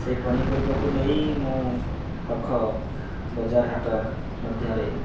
ସେଇ ପନିପରିବାକୁ ନେଇ ମୁଁ ପାଖ ବଜାର ହାଟ ମଧ୍ୟରେ